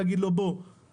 להגיד לו: תהרוס,